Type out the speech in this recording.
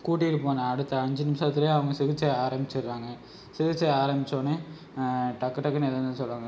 கூட்டிகிட்டு போன அடுத்த அஞ்சு நிமிஷத்தில் அவங்க சிகிச்சை ஆரம்பிச்சுறாங்க சிகிச்சை ஆரம்பித்தவொன்னே டக் டக்ன்னு எதுவாகருந்தாலும் சொல்லுவாங்க